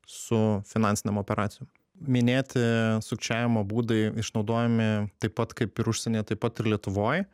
su finansinėm operacijom minėti sukčiavimo būdai išnaudojami taip pat kaip ir užsienyje taip pat ir lietuvoj